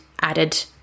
added